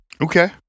Okay